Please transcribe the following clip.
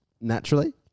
naturally